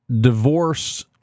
divorce